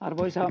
Arvoisa